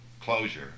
closure